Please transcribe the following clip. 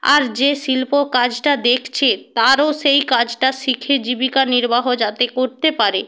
আর যে শিল্প কাজটা দেখছে তারও সেই কাজটা শিখে জীবিকা নির্বাহ যাতে করতে পারে